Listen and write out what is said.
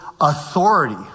authority